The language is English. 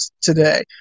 today